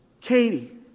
Katie